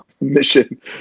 mission